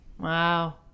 Wow